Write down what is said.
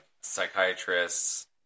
psychiatrists